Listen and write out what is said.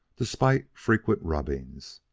despite frequent rubbings,